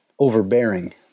overbearing